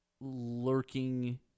lurking